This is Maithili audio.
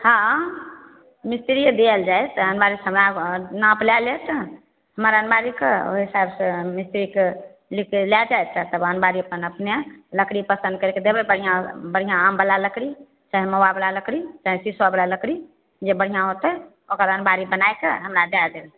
हँ मिस्त्री देल जाए से अनमारी हमरा नाप लै लेत हमर अनमारीके ओहि हिसाब से मिस्त्रीके लिखके लै जाएत तब अनमारी अपन अपने लकड़ी पसंद करिके देबै बढ़िआँ बढ़िआँ आम बला लकड़ी चाहे महुआ बला लकड़ी चाहे शीशो बला लकड़ी जे बढ़िआँ होयतै ओकर अनमारी बनाएके हमरा दै देब